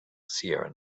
sierra